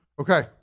okay